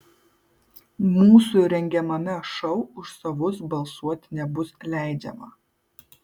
mūsų rengiamame šou už savus balsuoti nebus leidžiama